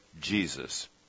Jesus